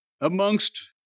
amongst